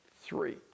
three